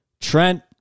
Trent